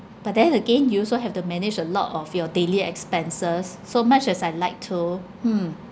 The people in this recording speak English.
but then again you also have to manage a lot of your daily expenses so much as I like to mm